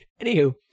Anywho